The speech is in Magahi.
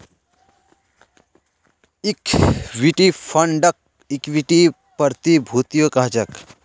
इक्विटी फंडक इक्विटी प्रतिभूतियो कह छेक